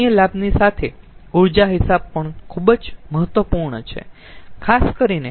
અન્ય લાભની સાથે ઊર્જા હિસાબ પણ ખુબ જ મહત્વપૂર્ણ છે